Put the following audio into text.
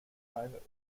private